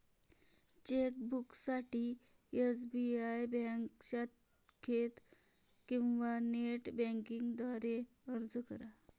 चेकबुकसाठी SBI bank शाखेत किंवा नेट बँकिंग द्वारे अर्ज करा